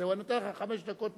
אני נותן לך מראש חמש דקות,